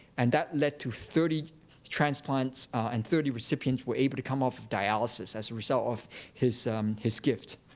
and that led to thirty transplants, and thirty recipients were able to come off of dialysis as a result of his his gift.